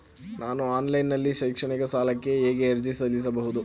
ನಾನು ಆನ್ಲೈನ್ ನಲ್ಲಿ ಶೈಕ್ಷಣಿಕ ಸಾಲಕ್ಕೆ ಹೇಗೆ ಅರ್ಜಿ ಸಲ್ಲಿಸಬಹುದು?